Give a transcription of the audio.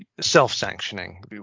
self-sanctioning